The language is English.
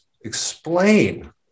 explain